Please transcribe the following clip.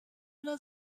oder